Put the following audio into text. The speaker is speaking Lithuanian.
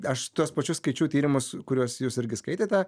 aš tuos pačius skaičiau tyrimus kuriuos jūs irgi skaitėte